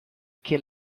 che